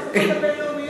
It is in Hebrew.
את השיחות הבין-לאומיות,